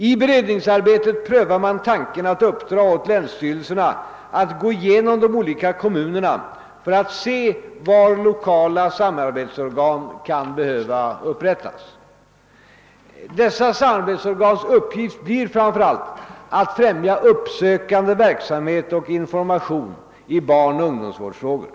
I beredningsarbetet prövar man tanken att uppdra åt länsstyrelserna att gå igenom de olika kommunerna för att se var lokala samarbetsorgan kan behöva upprättas. Dessa samarbetsorgans uppgift blir framför allt att främja uppsökande verksamhet och information i barnoch ungdomsvårdsfrågor.